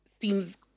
seems